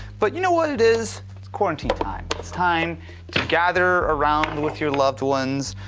but you know what it is quarantine time, it's time to gather around with your loved ones.